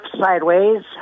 sideways